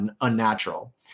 unnatural